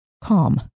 calm